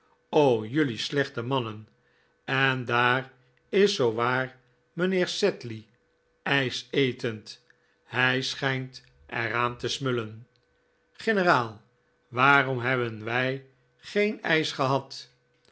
jelui slechte mannen en daar is zoowaar mijnheer sedley ijs etend hij schijnt er aan te smullen generaal waarom hebben wij geen ijs gehad